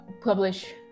publish